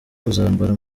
kuzambara